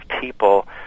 people